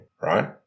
right